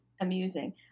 amusing